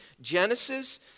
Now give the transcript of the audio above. Genesis